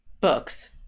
books